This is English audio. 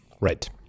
Right